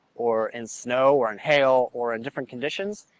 or in snow or in hail or in different conditions.